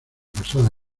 basada